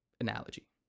analogy